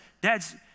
dads